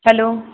hello